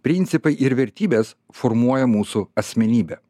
principai ir vertybės formuoja mūsų asmenybę